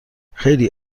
خیلی